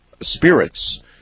spirits